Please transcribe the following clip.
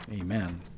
amen